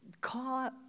call